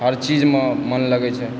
हर चीजमे मन लगै छै